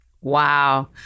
Wow